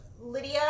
Lydia